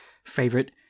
Favorite